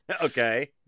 Okay